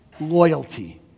loyalty